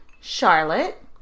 Charlotte